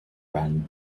ran